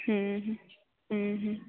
ହୁଁ ହୁଁ ହୁଁ ହୁଁ